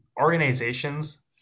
organizations